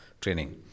training